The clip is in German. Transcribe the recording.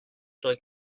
durch